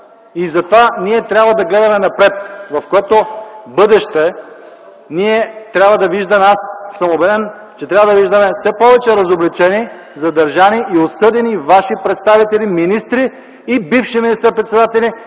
Затова ние трябва да гледаме напред, в което бъдеще ние трябва да виждаме. Аз съм убеден, че трябва да виждаме все повече разобличени, задържани и осъдени ваши представители, министри и бивши министър-председатели,